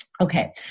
Okay